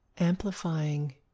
amplifying